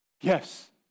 Yes